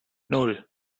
nan